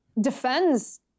defends